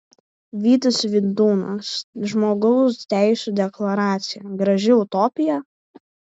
vytis vidūnas žmogaus teisų deklaracija graži utopija